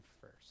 first